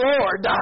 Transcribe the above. Lord